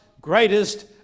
greatest